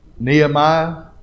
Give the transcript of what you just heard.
Nehemiah